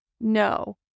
No